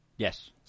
Yes